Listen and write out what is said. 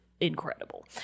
incredible